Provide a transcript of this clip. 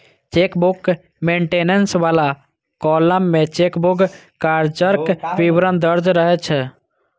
chequebook maintenance बला column मे chequebook चार्जक विवरण दर्ज रहै छै